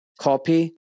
copy